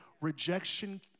Rejection